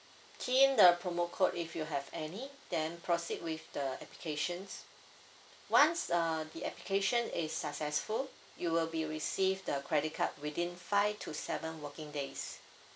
key in the promo code if you have any then proceed with the application once uh the application is successful you will be receive the credit card within five to seven working days